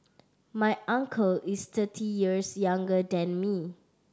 my uncle is thirty years younger than me